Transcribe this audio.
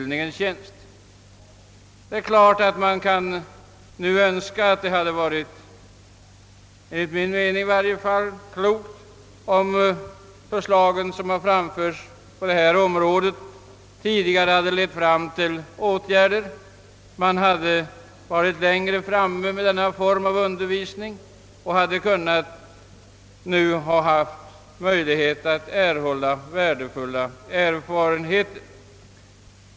Det är klart att man kunnat önska att — i varje fall är det min mening — förslaget tidigare lett till åtgärder. Då hade man hunnit längre med denna undervisningsform och hade nu kunnat erhålla värdefulla erfarenheter.